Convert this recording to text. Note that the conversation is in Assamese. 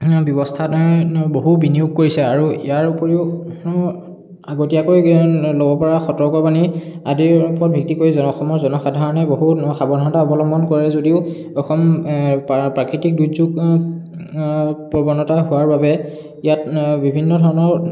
ব্যৱস্থাত বহু বিনিয়োগ কৰিছে আৰু ইয়াৰ উপৰিও আগতীয়াকৈ ল'ব পৰা সতৰ্কবাণী আদিৰ ওপৰত ভিত্তি কৰি জন অসমৰ জনসাধাৰণে বহু সাৱধানতা অৱলম্বন কৰে যদিও অসম প্ৰাকৃতিক দুৰ্যোগ প্ৰৱণতা হোৱাৰ বাবে ইয়াত বিভিন্ন ধৰণৰ